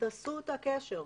תעשו את הקשר,